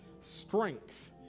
Strength